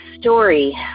story